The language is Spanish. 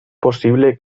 posible